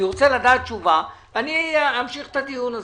אני אמשיך את הדיון הזה.